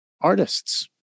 artists